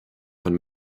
von